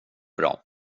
bra